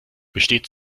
besteht